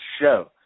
show